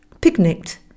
picnicked